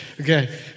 Okay